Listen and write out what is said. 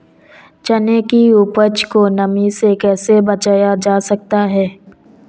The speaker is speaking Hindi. चने की उपज को नमी से कैसे बचाया जा सकता है?